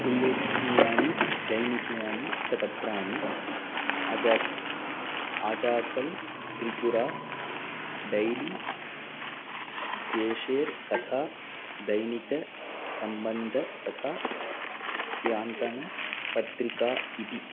उल्लेखनीयानि दैनिकियानि च पत्राणि अजा आजाकल् त्रिपुरा डैली देशेर् कथा दैनिक संबन्ध तथा स्यान्तन पत्रिका इति